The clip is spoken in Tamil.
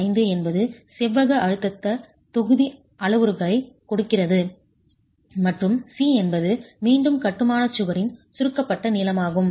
85 என்பது செவ்வக அழுத்தத் தொகுதி அளவுருக்களைக் கொடுக்கிறது மற்றும் c என்பது மீண்டும் கட்டுமானச் சுவரின் சுருக்கப்பட்ட நீளம் ஆகும்